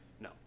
No